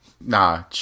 Nah